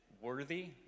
worthy